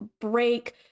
break